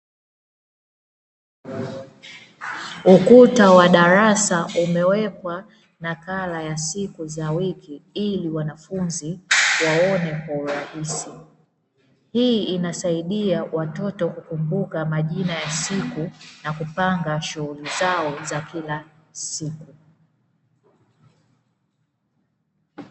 Ukuta wa darasa umewekwa nakala ya siku za wiki ili wanafunzi waone kwa urahisi. Hii inasaidia watoto kukumbuka majina ya siku na kupanga shughuli zao za kila siku.